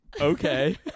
Okay